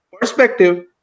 perspective